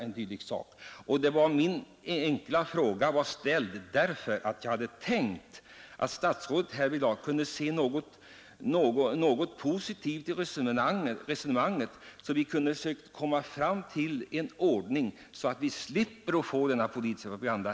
Jag ställde min enkla fråga därför att jag trodde att statsrådet kunde se positivt på mitt resonemang och att vi skulle kunna komma fram till en ordning som innebär att vi slipper denna politiska propaganda.